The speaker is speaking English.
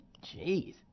Jeez